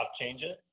changes